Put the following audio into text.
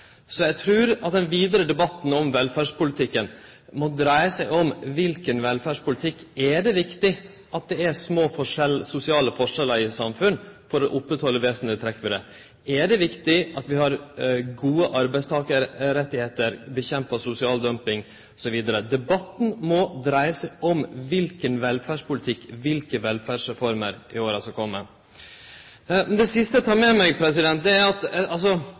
Så eg trur at den vidare debatten om velferdspolitikken må dreie seg om kva slags velferdspolitikk. Er det viktig at det er små sosiale forskjellar i eit samfunn for å oppretthalde vesentlege trekk ved det? Er det viktig at vi har gode arbeidstakarrettar, at vi kjempar mot sosial dumping osv.? Debatten må dreie seg om kva slags velferdspolitikk og kva slags velferdsreformer vi skal ha i åra som kjem. Det siste eg tek med meg, er at